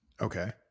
Okay